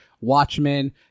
Watchmen